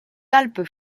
alpes